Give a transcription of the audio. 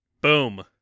Boom